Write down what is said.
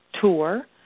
Tour